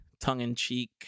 tongue-in-cheek